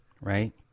right